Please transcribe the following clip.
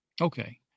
Okay